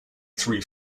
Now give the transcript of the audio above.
three